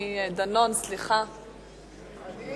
גברתי